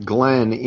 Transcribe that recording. Glenn